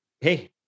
hey